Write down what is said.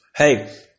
Hey